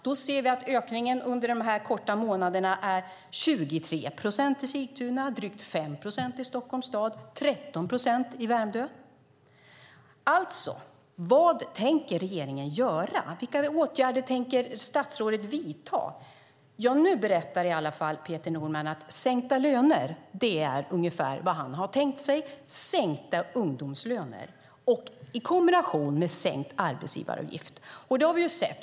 Då ser vi att ökningen under de här få månaderna är 23 procent i Sigtuna, drygt 5 procent i Stockholms stad och 13 procent i Värmdö. Vad tänker regeringen göra? Vilka åtgärder tänker statsrådet vidta? Nu berättar i alla fall Peter Norman att sänkta löner är ungefär vad han har tänkt sig, sänkta ungdomslöner i kombination med sänkt arbetsgivaravgift.